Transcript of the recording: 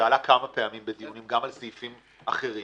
זה עלה כמה פעמים בדיונים, גם על סעיפים אחרים.